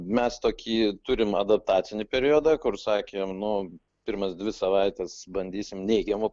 mes tokį turim adaptacinį periodą kur sakėm nu pirmas dvi savaites bandysim neigiamų